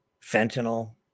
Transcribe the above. fentanyl